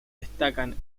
destacan